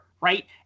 right